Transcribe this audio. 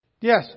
Yes